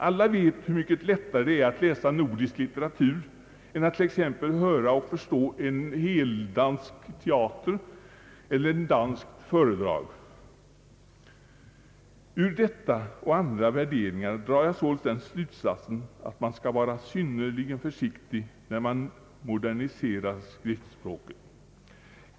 Alla vet hur mycket lättare det är att läsa nordisk litteratur än t.ex. att höra och förstå en heldansk teater eller ett danskt föredrag. Av detta och andra värderingar drar jag således den slutsatsen att man bör vara synnerligen försiktig när man moderniserar skriftspråket.